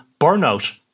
burnout